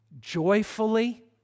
joyfully